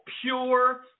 pure